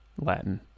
Latin